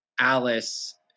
Alice